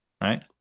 right